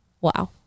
wow